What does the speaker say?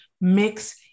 mix